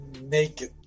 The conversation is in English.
naked